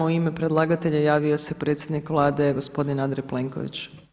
U ime predlagatelja javio se predsjednik Vlade gospodin Andrej Plenković.